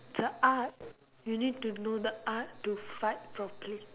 it's a art you need to know the art to fight properly